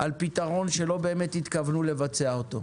על פתרון שלא באמת התכוונו לבצע אותו.